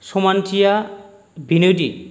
समानथिया बेनोदि